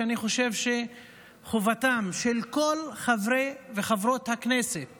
ואני חושב שחובתם של כל חברי וחברות הכנסת